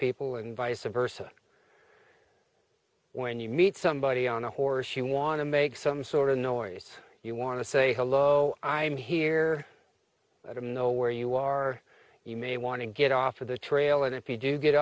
people and vice versa when you meet somebody on a horse you want to make some sort of noise you want to say hello i'm here i don't know where you are you may want to get off of the trail and if you do get